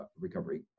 recovery